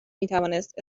میتوانست